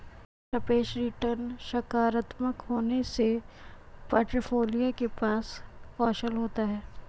सापेक्ष रिटर्न सकारात्मक होने से पोर्टफोलियो के पास कौशल होता है